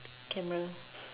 camera